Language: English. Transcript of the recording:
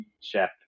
Chef